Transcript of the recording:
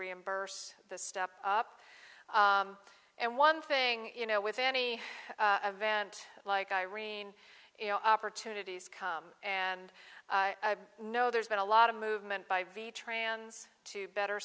reimburse the step up and one thing you know with any event like irene opportunities come and know there's been a lot of movement by v trans to better